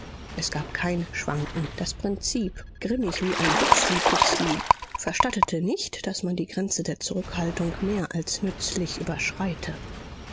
es gab kein schwanken das prinzip grimmig wie ein vitzliputzli verstattete nicht daß man die grenze der zurückhaltung mehr als nützlich überschreite